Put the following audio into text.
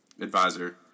advisor